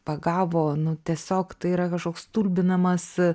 pagavo nu tiesiog tai yra kažkoks stulbinamas